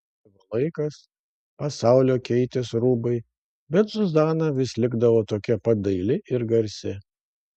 bėgo laikas pasaulio keitėsi rūbai bet zuzana vis likdavo tokia pat daili ir garsi